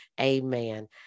Amen